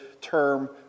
term